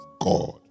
God